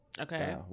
okay